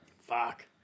Fuck